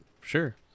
Sure